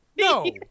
no